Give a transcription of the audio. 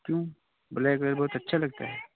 क्यों black colour बहुत अच्छा लगता है